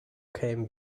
kämen